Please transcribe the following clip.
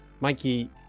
Mikey